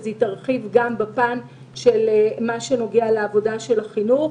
והיא תרחיב גם בפן של מה שנוגע לעבודה של החינוך.